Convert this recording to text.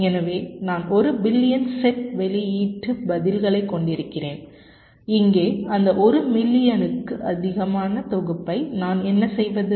எனவே நான் 1 billion set வெளியீட்டு பதில்களைக் கொண்டிருக்கிறேன் இங்கே அந்த 1 மில்லியனுக்கும் அதிகமான தொகுப்பை நான் என்ன செய்வது